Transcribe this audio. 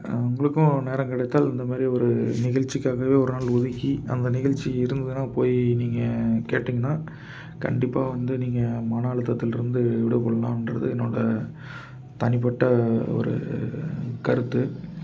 உங்களுக்கும் நேரம் கிடைத்தால் இந்த மாதிரி ஒரு நிகழ்ச்சிக்காகவே ஒருநாள் ஒதுக்கி அந்த நிகழ்ச்சி இருந்ததுனால் போய் நீங்கள் கேட்டிங்கன்னா கண்டிப்பாக வந்து நீங்கள் மனஅழுத்தத்தில் இருந்து விடுபடலாம் என்றது என்னோடய தனிப்பட்ட ஒரு கருத்து